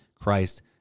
Christ